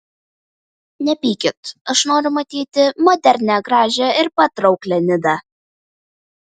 nepykit aš noriu matyti modernią gražią ir patrauklią nidą